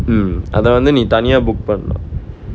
mm அத வந்து நீ தனியா:atha vanthu nee thaniyaa book பண்ணும்:pannum